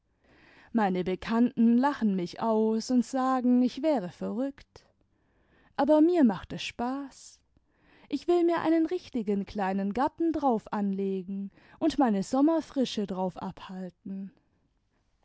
meine bekannten lachen mich aus und sagen ich wäre verrückt aber mir macht es spaß ich will mir einen richtigen kleinen garten drauf anlegen und meine sommerfrische drauf abhalten